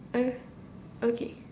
uh okay